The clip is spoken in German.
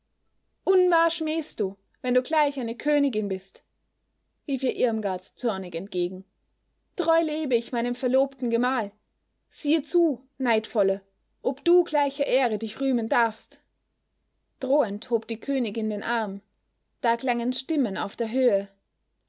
unwahr schmähst du wenn du gleich eine königin bist rief ihr irmgard zornig entgegen treu lebe ich meinem verlobten gemahl siehe zu neidvolle ob du gleicher ehre dich rühmen darfst drohend hob die königin den arm da klangen stimmen auf der höhe